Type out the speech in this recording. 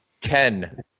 Ken